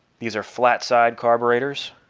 these are flat side carburetors